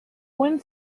wind